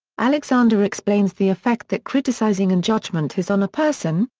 alexander explains the effect that criticizing and judgment has on a person,